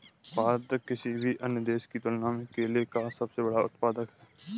भारत किसी भी अन्य देश की तुलना में केले का सबसे बड़ा उत्पादक है